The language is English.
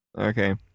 Okay